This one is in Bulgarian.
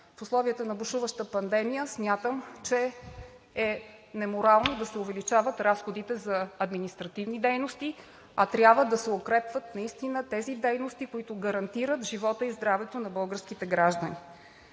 В условията на бушуваща пандемия смятам, че е неморално да се увеличават разходите за административните дейности, а трябва да се укрепват наистина тези дейности, които гарантират животът и здравето на българските граждани.